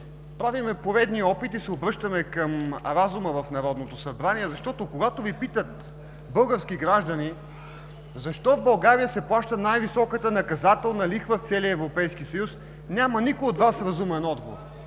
Правим поредния опит и се обръщаме към разума в Народното събрание, защото, когато Ви питат български граждани: „Защо в България се плаща най-високата наказателна лихва в целия Европейски съюз?“, няма никой от Вас разумен отговор.